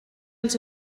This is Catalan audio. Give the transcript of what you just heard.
els